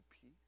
peace